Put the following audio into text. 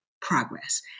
progress